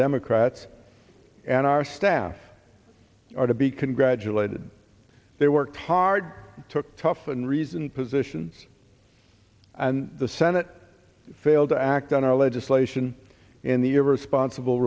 democrats and our staff are to be congratulated they worked hard took tough and reasoned positions and the senate failed to act on our legislation in the universe sponsible